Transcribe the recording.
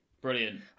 Brilliant